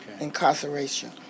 incarceration